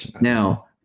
Now